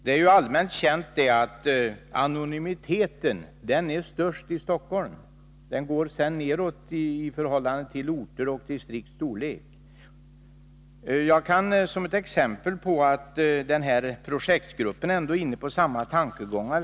Det är allmänt känt att anonymiteten är störst i Stockholm; den går sedan neråt i förhållande till ortsoch distriktsstorlek. Projektgruppen är inne på samma tankegångar.